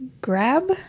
grab